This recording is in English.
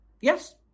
Yes